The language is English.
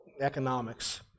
economics